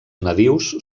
nadius